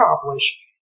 accomplish